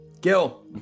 Gil